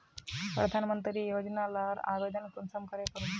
प्रधानमंत्री योजना लार आवेदन कुंसम करे करूम?